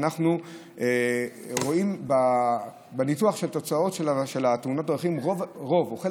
אנחנו רואים בניתוח התוצאות של תאונות הדרכים שחלק